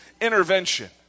intervention